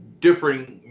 differing